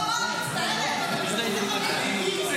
זאת לא רמה, זאת לא רמה, מצטערת.